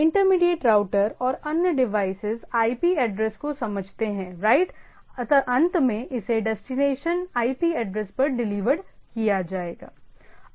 intermediate router और अन्य device IP address को समझते हैं राइट अंत में इसे डेस्टिनेशन IP एड्रेस पर डिलीवरड किया जाएगा